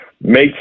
make